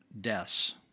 deaths